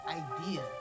idea